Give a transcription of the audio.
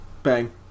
Bang